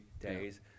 days